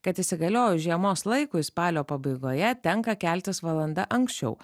kad įsigaliojus žiemos laikui spalio pabaigoje tenka keltis valanda anksčiau